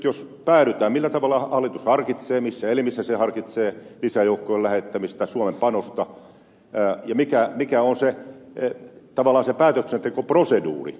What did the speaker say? jos päädytään tähän millä tavalla hallitus harkitsee ja missä elimissä lisäjoukkojen lähettämistä suomen panosta ja mikä on tavallaan se päätöksentekoproseduuri